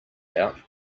out